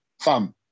fam